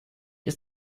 ist